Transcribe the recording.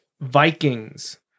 Vikings